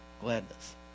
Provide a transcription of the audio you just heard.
gladness